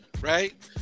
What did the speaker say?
Right